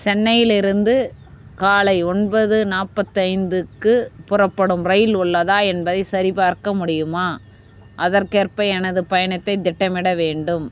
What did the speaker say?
சென்னையிலிருந்து காலை ஒன்பது நாற்பத்தைந்துக்கு புறப்படும் ரயில் உள்ளதா என்பதைச் சரிபார்க்க முடியுமா அதற்கேற்ப எனது பயணத்தைத் திட்டமிட வேண்டும்